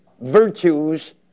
virtues